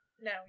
No